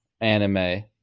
anime